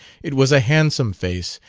it was a handsome face,